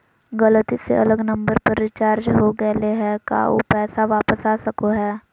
गलती से अलग नंबर पर रिचार्ज हो गेलै है का ऊ पैसा वापस आ सको है?